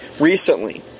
recently